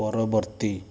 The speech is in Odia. ପରବର୍ତ୍ତୀ